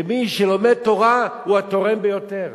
ומי שלומד תורה הוא התורם ביותר.